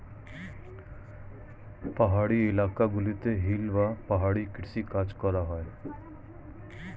পাহাড়ি এলাকা গুলোতে হিল বা পাহাড়ি কৃষি কাজ করা হয়